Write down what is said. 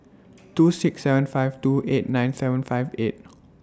two six seven five two eight nine seven five eight